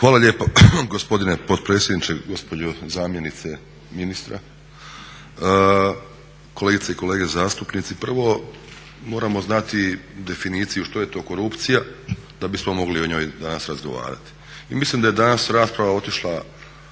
Hvala lijepo gospodine potpredsjedniče, gospođo zamjenice ministra, kolegice i kolege zastupnici. Prvo, moramo znati definiciju što je to korupcija da bismo mogli o njoj danas razgovarati.